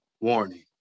warning